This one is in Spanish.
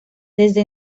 desde